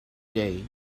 day